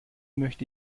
möchte